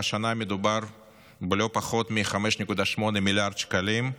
והשנה מדובר בלא פחות מ-5.8 מיליארד שקלים,